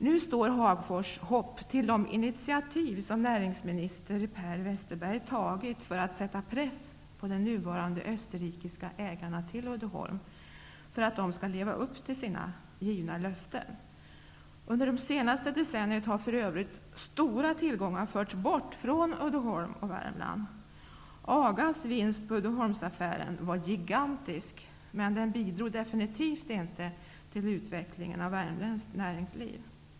Nu står Hagfors hopp till de initiativ som näringsminister Per Westerberg har tagit för att sätta press på de nuvarande österrikiska ägarna till Uddeholm så att de lever upp till sina givna löften. Under de senaste decennierna har för övrigt stora tillgångar förts bort från Uddeholm och Värmland. AGA:s vinst på Uddeholmsaffären var gigantisk, men den bidrog definitivt inte till utvecklingen av värmländskt näringsliv.